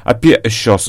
apie šios